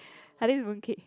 I think it's mooncake